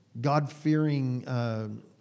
God-fearing